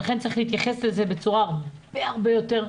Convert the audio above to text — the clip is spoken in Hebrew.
לכן צריך להתייחס לזה בצורה הרבה הרבה יותר מקצועית,